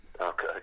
Okay